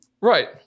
Right